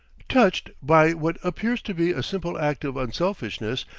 touched by what appears to be a simple act of unselfishness,